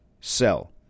sell